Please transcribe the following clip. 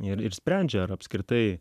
ir sprendžia ar apskritai